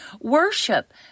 Worship